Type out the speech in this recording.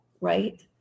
right